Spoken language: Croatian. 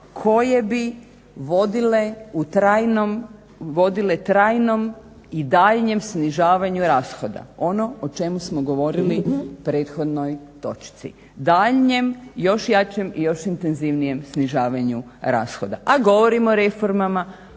koje bi vodile trajnom i daljnjem snižavanju rashoda. Ono o čemu smo govorili u prethodnoj točci, daljnjem još jačem i još intenzivnijem snižavanju rashoda, a govorim o reformama